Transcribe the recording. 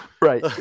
Right